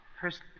First